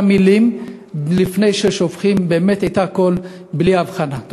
המילים לפני ששופכים באמת את הכול בלי הבחנה.